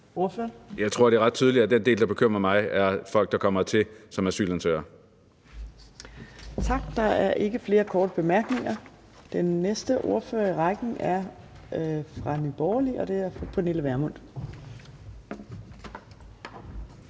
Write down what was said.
Jeg tror, det er ret tydeligt, at den del, der bekymrer mig, drejer sig om folk, der kommer hertil som asylansøgere. Kl. 15:26 Fjerde næstformand (Trine Torp): Tak. Der er ikke flere korte bemærkninger. Den næste ordfører i rækken er fra Nye Borgerlige, og det er fru Pernille Vermund.